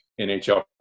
NHL